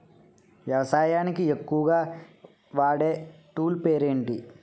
వ్యవసాయానికి ఎక్కువుగా వాడే టూల్ పేరు ఏంటి?